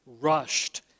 rushed